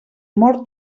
mor